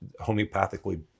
homeopathically